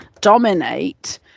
dominate